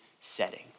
setting